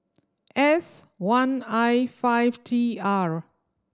S one I five T R